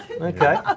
Okay